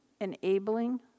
enabling